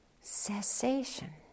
Cessation